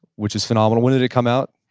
which is phenomenal. when did it come out?